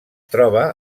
troba